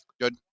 good